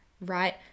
right